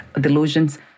delusions